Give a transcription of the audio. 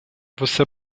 você